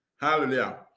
Hallelujah